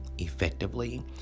effectively